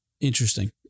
Interesting